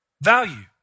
value